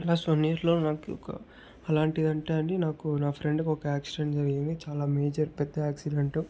last one year లో నాకొక అలాంటిదంటే అండి నాకు నా ఫ్రెండ్ కు ఒక యాక్సిడెంట్ జరిగింది చాలా మేజర్ పెద్ద యాక్సిడెంటు